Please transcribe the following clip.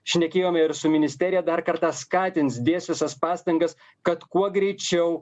šnekėjome ir su ministerija dar kartą skatins dės visas pastangas kad kuo greičiau